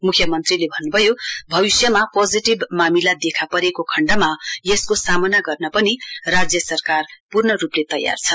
मुख्यमन्त्रीले भन्नुभयो भविष्यमा पोजिटिभ मामिला देखा परेको खण्डमा यसको सामना गर्न पनि राज्य सरकार पूर्ण रूपले तयार छ